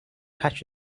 patch